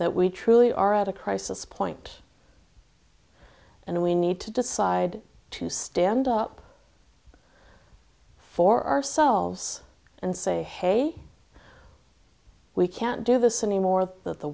that we truly are at a crisis point and we need to decide to stand up for ourselves and say hey we can't do this anymore that the